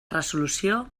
resolució